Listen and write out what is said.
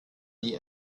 die